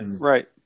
right